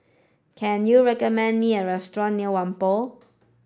can you recommend me a restaurant near Whampoa